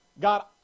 God